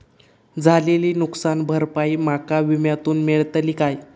झालेली नुकसान भरपाई माका विम्यातून मेळतली काय?